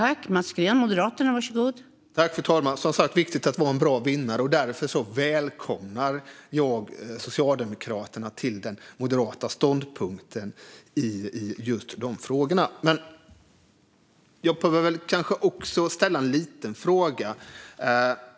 Fru talman! Det är som sagt viktigt att vara en bra vinnare, och därför välkomnar jag Socialdemokraterna till den moderata ståndpunkten i just de frågorna.